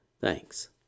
Thanks